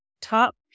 top